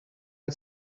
had